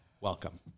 Welcome